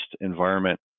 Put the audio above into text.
environment